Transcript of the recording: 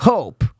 Hope